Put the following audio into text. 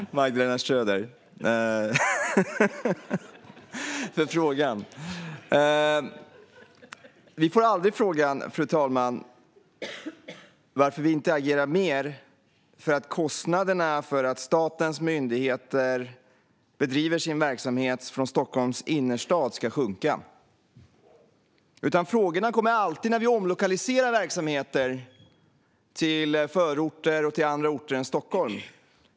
Fru talman! Tack, Magdalena Schröder, för frågan! Vi får aldrig frågan varför vi inte agerar mer för att kostnaderna för att statens myndigheter bedriver sin verksamhet från Stockholms innerstad ska sjunka, utan frågorna kommer alltid när vi omlokaliserar verksamheter till förorter och till andra orter än Stockholm.